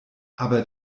aber